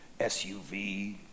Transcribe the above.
SUV